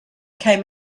came